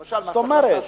למשל, מס הכנסה שלילי.